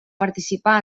participar